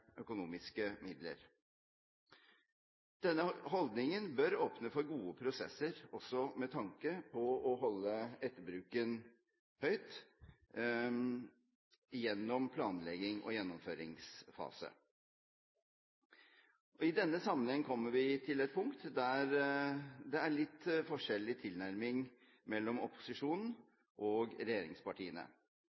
økonomiske midler. Denne holdningen bør åpne for gode prosesser også med tanke på stor grad av etterbruk gjennom planleggings- og gjennomføringsfase. I denne sammenheng kommer vi til et punkt der det er litt forskjellig tilnærming mellom opposisjonen og regjeringspartiene.